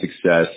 success –